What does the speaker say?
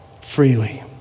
freely